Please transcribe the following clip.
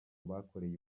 bakoreye